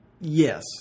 Yes